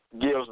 gives